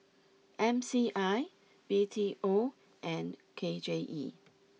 M C I B T O and K J E